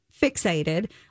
fixated